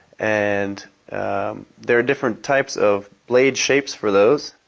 and there are different types of blade shapes for those,